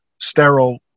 sterile